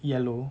yellow